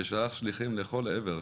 ששלח שליחים לכל עבר.